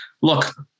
Look